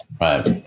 Right